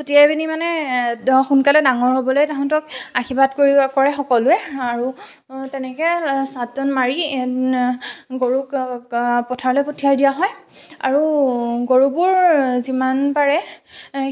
চটিয়াই পিনি মানে সোনকালে ডাঙৰ হ'বলৈ তাহাঁতক আশীৰ্বাদ কৰি কৰে সকলোৱে আৰু তেনেকৈ চাত তাত মাৰি গৰুক পথাৰলৈ পঠিয়াই দিয়া হয় আৰু গৰুবোৰ যিমান পাৰে